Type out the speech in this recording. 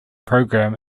program